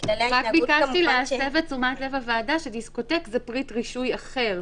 ביקשתי להסב את תשומת לב הוועדה שדיסקוטק הוא פריט רישוי אחר.